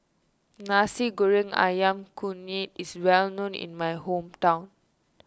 Nasi Goreng Ayam Kunyit is well known in my hometown